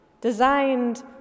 designed